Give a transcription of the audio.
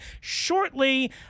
shortly